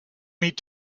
meet